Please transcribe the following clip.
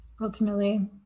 ultimately